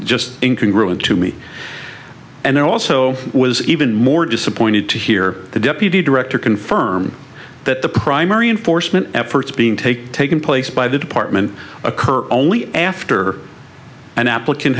just in can grow into me and there also was even more disappointed to hear the deputy director confirm that the primary enforcement efforts being take taken place by the department occur only after an applicant